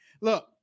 look